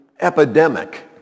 epidemic